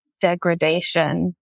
degradation